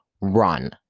run